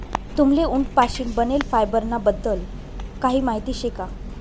तुम्हले उंट पाशीन बनेल फायबर ना बद्दल काही माहिती शे का?